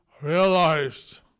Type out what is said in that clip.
realized